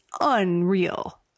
unreal